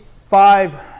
five